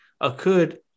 occurred